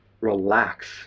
relax